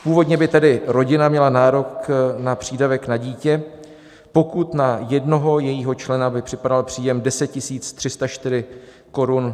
Původně by tedy rodina měla nárok na přídavek na dítě, pokud na jednoho jejího člena by připadal příjem 10 304,50 koruny.